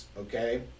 okay